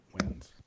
wins